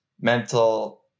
mental